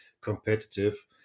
competitive